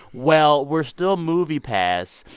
well, we're still moviepass,